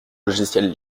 logiciels